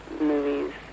movies